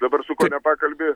dabar su kuo bepakalbi